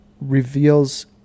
reveals